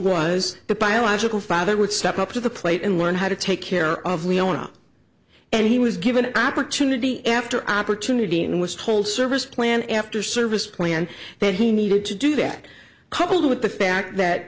was the biological father would step up to the plate and learn how to take care of leona and he was given an opportunity after opportunity and was told service plan after service plan that he needed to do that coupled with the fact that